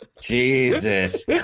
jesus